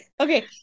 Okay